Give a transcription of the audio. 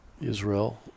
Israel